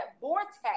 vortex